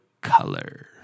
Color